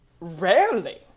Rarely